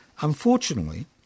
Unfortunately